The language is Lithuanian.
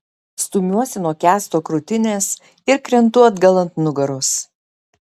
stumiuosi nuo kęsto krūtinės ir krentu atgal ant nugaros